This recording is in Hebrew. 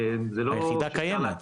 זה לא שאפשר להעתיק --- היחידה קיימת.